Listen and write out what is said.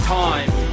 time